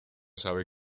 sabe